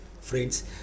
Friends